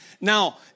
Now